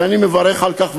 ואני מברך על כך,